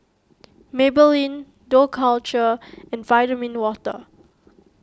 Maybelline Dough Culture and Vitamin Water